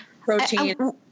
protein